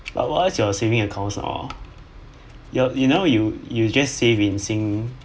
like what's your saving account now you know you you just save in sing